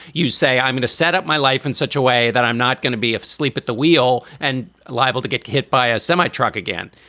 you say, i'm going to set up my life in such a way that i'm not going to be asleep at the wheel and liable to get hit by a semi-truck again.